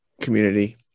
community